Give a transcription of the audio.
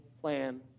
plan